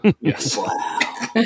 Yes